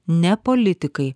ne politikai